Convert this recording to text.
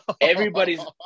Everybody's